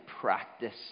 practice